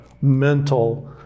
mental